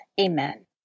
Amen